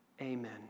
Amen